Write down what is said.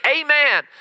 amen